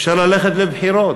אפשר ללכת לבחירות.